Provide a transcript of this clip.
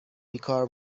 بیکار